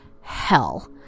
hell